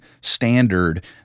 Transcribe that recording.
standard